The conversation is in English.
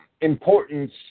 importance